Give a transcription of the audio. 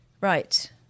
Right